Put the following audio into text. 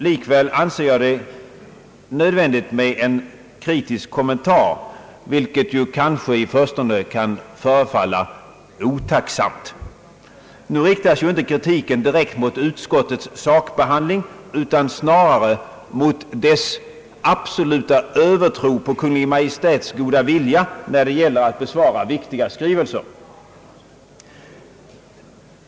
Likväl anser jag det vara nödvändigt med en kritisk kommentar, vilket kanske i förstone kan förefalla otacksamt. Nu riktas ju inte kritiken direkt mot utskottets sakbehandling, utan snarare mot dess absoluta övertro på Kungl. Maj:ts goda vilja när det gäller att besvara viktiga skrivelser.